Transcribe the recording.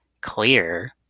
clear